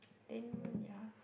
then ya